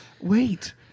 Wait